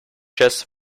just